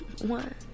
One